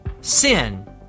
sin